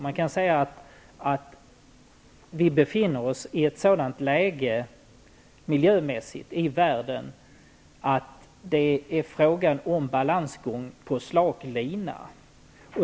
Man kan säga att vi befinner oss i ett sådant läge miljömässigt i världen att det är fråga om balansgång på slak lina.